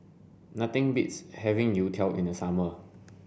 nothing beats having Youtiao in the summer